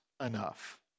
enough